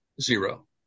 Zero